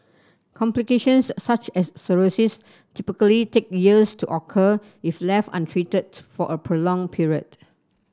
complications such as cirrhosis typically take years to occur if left untreated for a prolonged period